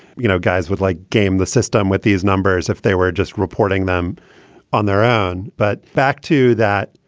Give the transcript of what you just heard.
you know, guys would like game the system with these numbers if they were just reporting them on their own. but back to that.